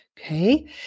Okay